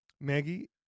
Maggie